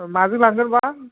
माजों लांगोन बा